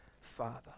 Father